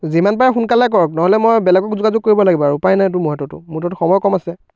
যিমান পাৰে সোনকালে কৰক নহ'লে মই বেলেগক যোগাযোগ কৰিব লাগিব আৰু উপায় নাইতো মোৰ হাততো মোৰ তাত সময় কম আছে